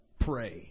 pray